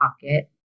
pocket